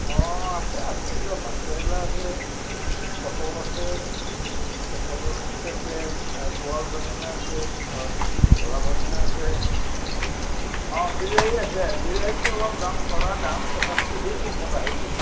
অঁ আছে আছে এইবিলাক ভাত কেৰেলা আছে পটল আছে কেঁচা জলকীয়া আছে বৰ বেঙেনা আছে ভলা বেঙেনা আছে অ বিলাহী আছে বিলাহীটোৰ দাম চৰা দাম তথাপিতো দিম কমত আহিব